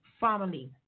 family